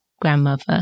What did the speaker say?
grandmother